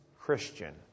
Christian